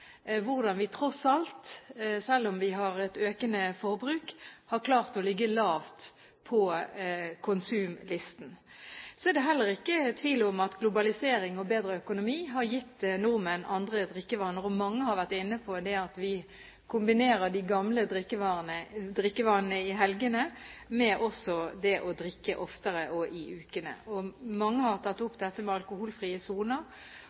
hvordan vi tross alt, selv om vi har et økende forbruk, har klart å ligge lavt på konsumlisten. Det er heller ikke tvil om at globalisering og bedre økonomi har gitt nordmenn andre drikkevaner. Mange har vært inne på at vi også kombinerer de gamle drikkevanene i helgene med det å drikke oftere og i uken ellers. Mange har tatt opp dette med alkoholfrie soner.